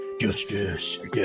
Justice